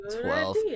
Twelve